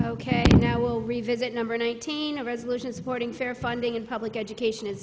ok now we'll revisit number nineteen a resolution supporting fair funding in public education is